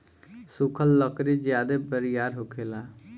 सुखल लकड़ी ज्यादे बरियार होखेला